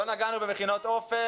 לא נגענו במכינות אופק,